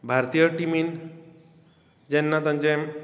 भारतीय टिमींत जेन्ना तांचे